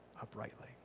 uprightly